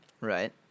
right